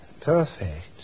perfect